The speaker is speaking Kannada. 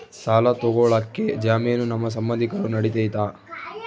ಸಾಲ ತೊಗೋಳಕ್ಕೆ ಜಾಮೇನು ನಮ್ಮ ಸಂಬಂಧಿಕರು ನಡಿತೈತಿ?